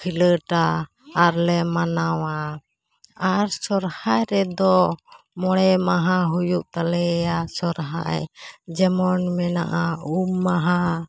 ᱠᱷᱤᱞᱟᱹᱴᱟ ᱟᱨᱞᱮ ᱢᱟᱱᱟᱣᱟ ᱟᱨ ᱥᱚᱨᱦᱟᱭ ᱨᱮᱫᱚ ᱢᱚᱬᱮ ᱢᱟᱦᱟ ᱦᱩᱭᱩᱜ ᱛᱟᱞᱮᱭᱟ ᱥᱚᱨᱦᱟᱭ ᱡᱮᱢᱚᱱ ᱢᱮᱱᱟᱜᱼᱟ ᱩᱢ ᱢᱟᱦᱟ